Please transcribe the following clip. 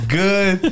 good